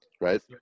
right